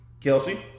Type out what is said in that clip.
Kelsey